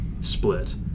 split